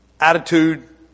attitude